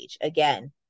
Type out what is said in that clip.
Again